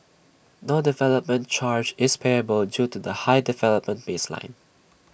no development charge is payable due to the high development baseline